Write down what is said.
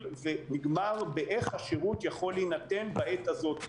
ונגמר באיך השירות יכול להינתן בעת הזו.